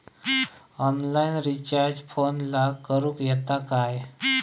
Online recharge फोनला करूक येता काय?